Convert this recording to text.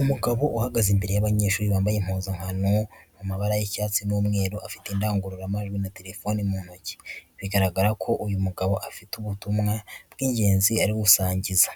Umugabo uhagaze imbere y'abanyeshuri bambaye impuzankano ziri mu mabara y'icyatsi n'umweru, afite indangururamajwi na telefone mu nkoki. Biragaragara ko uyu mugabo afite ubutumwa bw'ingenzi ari gusangiza,